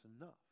enough